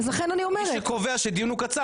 מי שקובע שדיון הוא קצר,